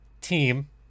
team